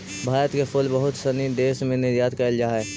भारत के फूल बहुत सनी देश में निर्यात कैल जा हइ